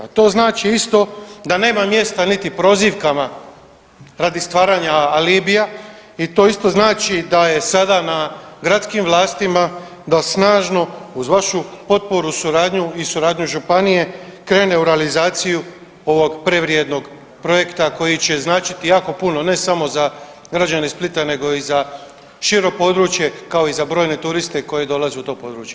To znači isto da nema mjesta niti prozivkama radi stvaranja alibija i to isto znači da je sada na gradskim vlastima da snažno uz vašu potporu, suradnju i suradnju županije krene u realizaciju ovog prevrijednog projekta koji će značiti jako puno ne samo za građane Splita nego i za šire područje kao i za brojne turiste koji dolaze u to područje.